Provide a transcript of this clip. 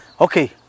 okay